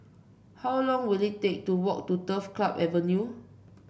how long will it take to walk to Turf Club Avenue